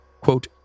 quote